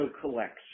collection